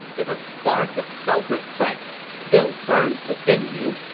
if a spark of self-respect still burns within you,